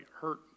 hurt